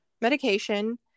medication